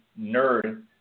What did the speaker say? nerd